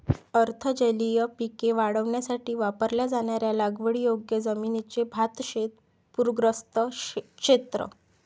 अर्ध जलीय पिके वाढवण्यासाठी वापरल्या जाणाऱ्या लागवडीयोग्य जमिनीचे भातशेत पूरग्रस्त क्षेत्र